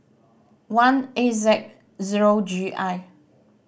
one A Z zero G I